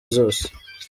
zose